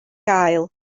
gael